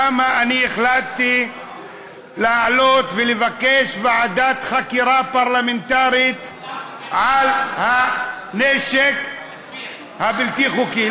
למה החלטתי לעלות ולבקש ועדת חקירה פרלמנטרית על הנשק הבלתי-חוקי?